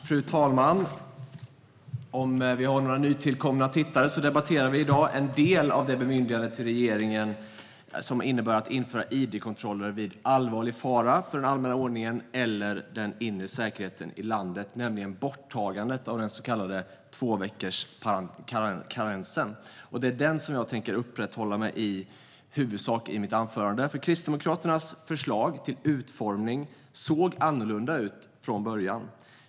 Fru talman! Om det finns några nytillkomna tittare: Vi debatterar i dag en del av det bemyndigande till regeringen som innebär att regeringen får införa id-kontroller vid allvarlig fara för den allmänna ordningen eller den inre säkerheten i landet, det vill säga borttagandet av den så kallade tvåveckorskarensen. Det är den frågan jag huvudsakligen tänker uppehålla mig vid i mitt anförande. Kristdemokraternas förslag till utformning såg annorlunda ut från början.